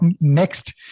next